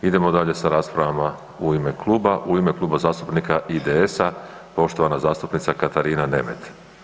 Idemo dalje sa raspravama u ime kluba, u ime Kluba zastupnika IDS-a poštovana zastupnica Katarina Nemet.